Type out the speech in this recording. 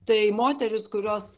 tai moterys kurios